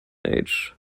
age